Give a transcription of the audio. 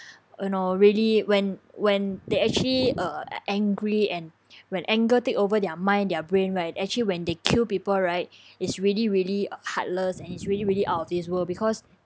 you know really when when they actually uh angry and when anger take over their mind their brain right actually when they kill people right is really really uh heartless and it's really really out of this world because